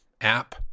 app